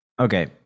okay